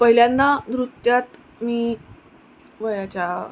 पहिल्यांदा नृत्यात मी वयाच्या